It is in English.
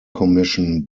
commission